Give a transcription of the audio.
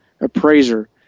appraiser